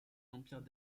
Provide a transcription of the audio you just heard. empires